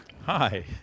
Hi